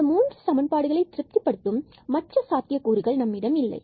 இந்த மூன்று சமன்பாடுகளை திருப்தி படுத்தும் மற்ற சாத்தியக்கூறுகள் நம்மிடம் இல்லை